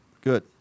good